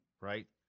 right